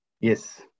Yes